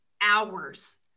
hours